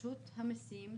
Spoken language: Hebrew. רשות המסים,